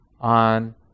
on